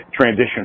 transition